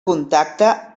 contacte